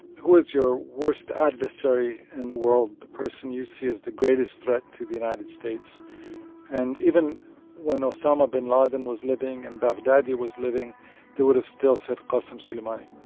who is your worst adversary in the world, the person you see as the greatest threat to the united states and even when osama bin laden was living and baghdadi was living they would have still said qassem soleimani